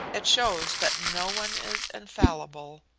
it shows that no one is infallible.